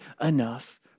enough